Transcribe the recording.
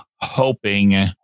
hoping